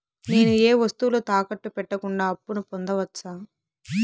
నేను ఏ వస్తువులు తాకట్టు పెట్టకుండా అప్పును పొందవచ్చా?